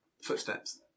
footsteps